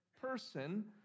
person